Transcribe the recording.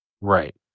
right